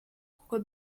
kuko